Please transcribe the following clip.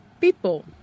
People